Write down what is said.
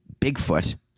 Bigfoot